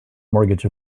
mortgage